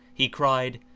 he cried,